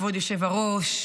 כבוד יושב הראש,